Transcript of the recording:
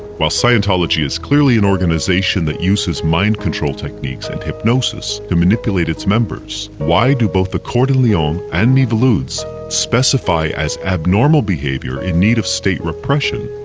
while scientology is clearly an organization that uses mind control techniques, and hypnosis to manipulate its members, why do both the court d'lyon and miviludes specify as abnormal behaviour in need of state repression,